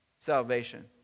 salvation